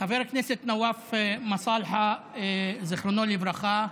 חבר הכנסת נואף מסאלחה, זכרו לברכה,